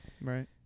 right